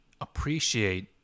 appreciate